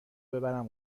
ببرم